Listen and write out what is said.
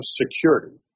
security